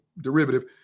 derivative